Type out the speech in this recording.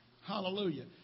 Hallelujah